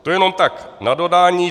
To jenom tak na dodání.